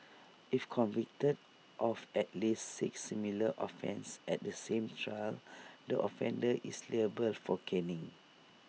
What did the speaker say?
if convicted of at least six similar offences at the same trial the offender is liable for caning